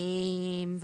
התשכ"ט-1969.